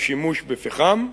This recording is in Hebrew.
השימוש בפחם.